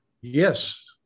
Yes